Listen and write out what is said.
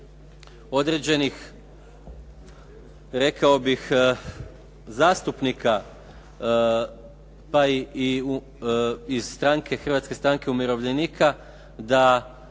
određenih, rekao bih, zastupnika pa i iz Hrvatske stranke umirovljenika da